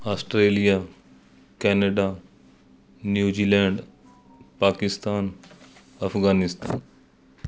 Australia Canada New Zealand Pakistan Afghanistan